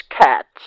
cats